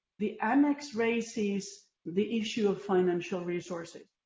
the annex raises the issue of financial resources.